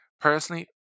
Personally